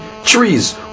Trees